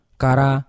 kara